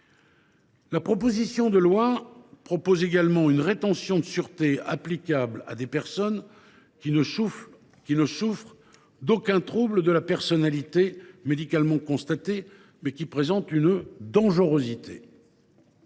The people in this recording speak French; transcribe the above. Ce texte crée également une rétention de sûreté applicable à des personnes qui ne souffrent d’aucun trouble de la personnalité médicalement constaté, mais qui présentent un certain